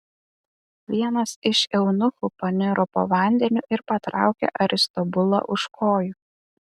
vienas iš eunuchų paniro po vandeniu ir patraukė aristobulą už kojų